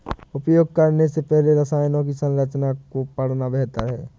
उपयोग करने से पहले रसायनों की संरचना को पढ़ना बेहतर है